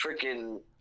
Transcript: freaking